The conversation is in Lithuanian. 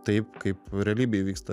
taip kaip realybėj vyksta